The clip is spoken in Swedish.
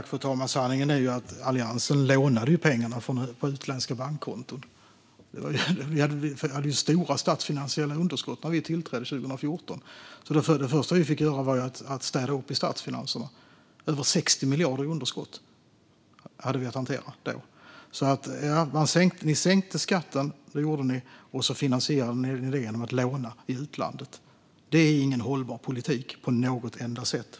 Fru talman! Sanningen är ju att Alliansen lånade pengarna från utländska bankkonton. Vi hade stora statsfinansiella underskott när vi tillträdde 2014. Det första vi fick göra var att städa upp i statsfinanserna. Över 60 miljarder i underskott hade vi att hantera då. Ni sänkte skatten och finansierade det genom att låna i utlandet. Det är faktiskt ingen hållbar politik på något enda sätt.